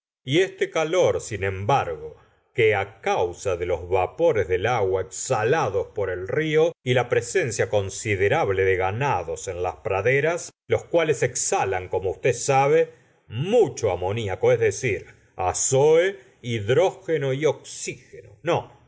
y este calor sin embargo que causa de los vapores del agua exhalados por el río y la presencia considerable de ganados en las praderas los cuales exalan como usted sabe mucho amoniaco es decir ázoe hidrógeno y oxígeno no